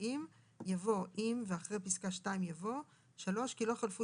ואם" יבוא "אם" ואחרי פסקה (2) יבוא: "(3) כי לא חלפו